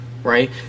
right